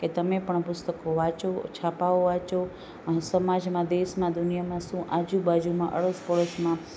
કે તમે પણ પુસ્તકો વાંચો છાપાઓ વાંચો સમાજમાં દેશમાં દુનિયામાં શું આજુબાજુમાં અડોશ પડોશમાં